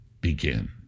begin